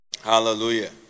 Hallelujah